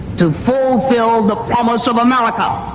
to fulfil the promise of america.